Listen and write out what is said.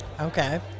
Okay